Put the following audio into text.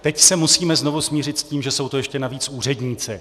Teď se musíme znovu smířit s tím, že jsou to ještě navíc úředníci.